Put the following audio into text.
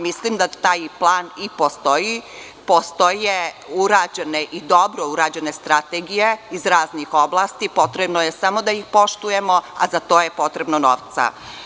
Mislim da taj plan postoji, postoje dobro urađene strategije iz raznih oblasti, a potrebno je da ih samo poštujemo, a za to je potreban novac.